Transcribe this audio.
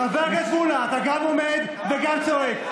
חבר הכנסת מולא, אתה גם עומד וגם צועק.